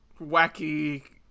wacky